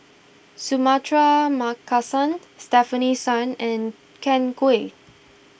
Suratman Markasan Stefanie Sun and Ken Kwek